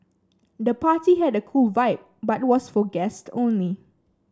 the party had a cool vibe but was for guests only